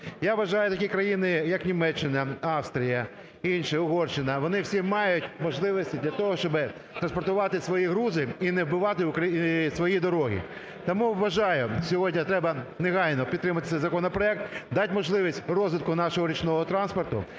Я вважаю такі країни, як Німеччина, Австрія, інші, Угорщина, вони всі мають можливості для того, щоби транспортувати свої грузи і не вбивати свої дороги. Тому, вважаю, сьогодні треба негайно підтримати цей законопроект. Дати можливість розвитку нашого річного транспорту,